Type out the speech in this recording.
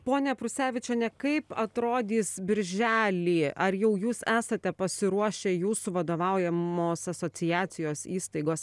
ponia prusevičiene kaip atrodys birželį ar jau jūs esate pasiruošę jūsų vadovaujamos asociacijos įstaigos